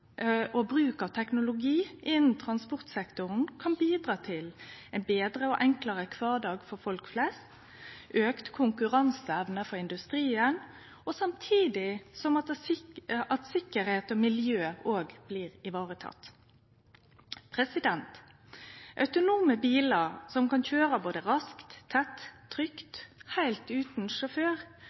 og bruk av teknologi innan transportsektoren kan bidra til ein betre og enklare kvardag for folk flest, auka konkurranseevne for industrien, samtidig som sikkerheita og miljøet òg blir varetekne. Autonome bilar som kan køyre både raskt, tett og trygt heilt utan sjåfør